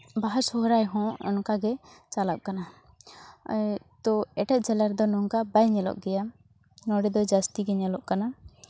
ᱵᱟᱦᱟ ᱥᱚᱦᱨᱟᱭ ᱦᱚᱸ ᱚᱱᱠᱟᱜᱮ ᱪᱟᱞᱟᱜ ᱠᱟᱱᱟ ᱛᱚ ᱮᱴᱟᱜ ᱡᱮᱞᱟ ᱨᱮᱫᱚ ᱱᱚᱝᱠᱟ ᱵᱟᱭ ᱧᱮᱞᱚᱜ ᱜᱮᱭᱟ ᱱᱚᱰᱮᱫᱚ ᱡᱟᱹᱥᱛᱤ ᱜᱮ ᱧᱮᱞᱚᱜ ᱠᱟᱱᱟ